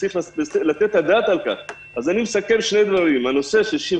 צריך לתת על כך את הדעת.